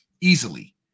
easily